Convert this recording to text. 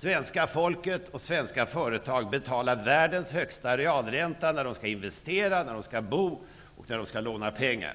Svenska folket och svenska företag betalar världens högsta realränta när de skall investera, bo och låna pengar.